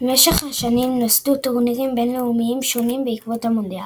במשך השנים נוסדו טורנירים בין-לאומיים שונים בעקבות המונדיאל.